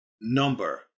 number